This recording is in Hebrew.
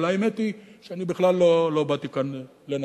אבל האמת היא שאני בכלל לא באתי כאן לנגח.